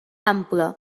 ample